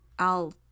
I'll